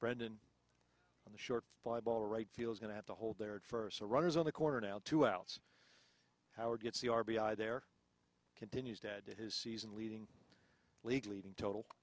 brendan on the short five ball right field going to have to hold their first runners on the corner now two outs howard gets the r b i there continues to add to his season leading league leading total